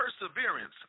perseverance